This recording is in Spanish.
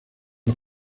los